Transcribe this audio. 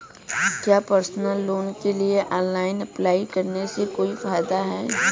क्या personal loan के लिए ऑनलाइन अप्लाई करने से कोई फायदा है?